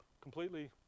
completely